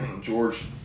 George